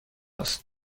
است